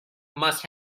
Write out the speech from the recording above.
must